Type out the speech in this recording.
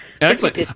Excellent